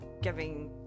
giving